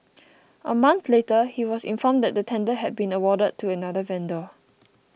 a month later he was informed that the tender had been awarded to another vendor